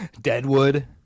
Deadwood